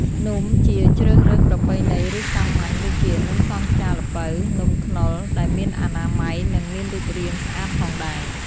នំជាជ្រើសរើសប្រពៃណីឬសាមញ្ញ ដូចជា នំសង់ខ្យាល្ពៅ, នំខ្នុរ ដែលមានអនាម័យ និងមានរូបរាងស្អាតផងដែរ។